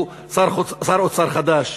הוא שר אוצר חדש.